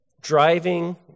driving